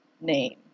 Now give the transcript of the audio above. name